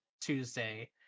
Tuesday